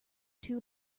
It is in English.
too